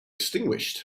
extinguished